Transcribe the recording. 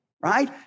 right